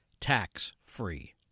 tax-free